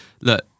look